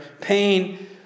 pain